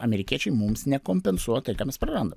amerikiečiai mums nekompensuoja tai ką mes prarandam